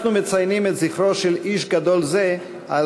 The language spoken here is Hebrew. אנחנו מציינים את זכרו של איש גדול זה על